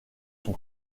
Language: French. son